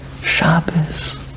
Shabbos